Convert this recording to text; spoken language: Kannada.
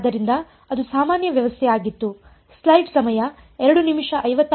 ಆದ್ದರಿಂದ ಅದು ಸಾಮಾನ್ಯ ವ್ಯವಸ್ಥೆ ಆಗಿತ್ತು